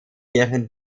deren